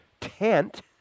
tent